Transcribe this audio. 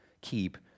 keep